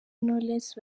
knowless